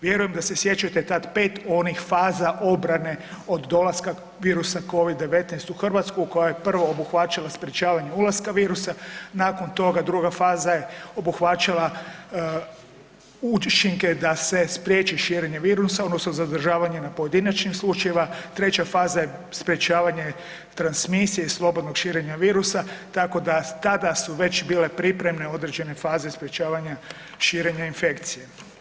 Vjerujem da se sjećate tad 5 onih faza obrane od dolaska virusa Covid-19 koja je prvo obuhvaćala sprječavanje ulaska virusa, nakon toga druga faza je obuhvaćala učinke da se spriječi širenje virusa odnosno da zadržavanje na pojedinačnim slučajevima, treća faza je sprječavanje transmisije i slobodnog širenja virusa, tako da tada su već bile pripremne određene faze sprječavanja širenja infekcije.